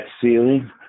ceiling